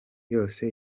yose